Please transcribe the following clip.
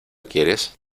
quieres